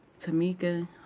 Tamika